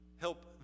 Help